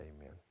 amen